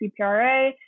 CPRA